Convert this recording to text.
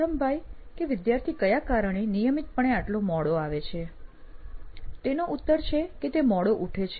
પ્રથમ વ્હાય કે વિદ્યાર્થી કયા કારણે નિયમિતપણે એટલો મોડો આવે છે તેનો ઉત્તર છે કે તે મોડો ઉઠે છે